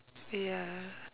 ya